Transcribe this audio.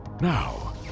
Now